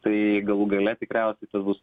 tai galų gale tikriausiai tas bus